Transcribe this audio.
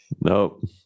Nope